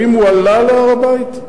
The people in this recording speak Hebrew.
האם הוא עלה להר-הבית.